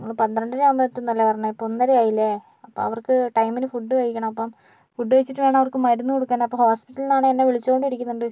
നിങ്ങൾ പന്ത്രണ്ടരയാവുമ്പോൾ എത്തും എന്നല്ലേ പറഞ്ഞത് ഇപ്പോൾ ഒന്നരയായില്ലേ അപ്പോൾ അവർക്ക് ടൈമിന് ഫുഡ് കഴിക്കണം അപ്പം ഫുഡ് കഴിച്ചിട്ടുവേണം അവർക്ക് മരുന്ന് കൊടുക്കാൻ അപ്പോൾ ഹോസ്പിറ്റലിൽ നിന്നാണെങ്കിൽ എന്നെ വിളിച്ചുകൊണ്ടിരിക്കുന്നുണ്ട്